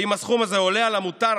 ואם הסכום הזה עולה על המותר,